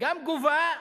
גם גובה,